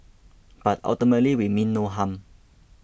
but ultimately we mean no harm